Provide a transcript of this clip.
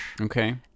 Okay